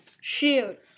Shoot